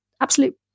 absolute